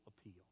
appeal